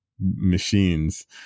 machines